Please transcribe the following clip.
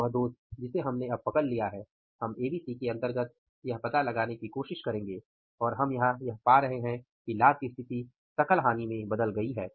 तो वह दोष जिसे हमने अब पकड़ लिया है हम एबीसी के अंतर्गत यह पता लगाने की कोशिश करेंगे और हम यहाँ यह पा रहे हैं कि लाभ की स्थिति सकल हानि में बदल गई है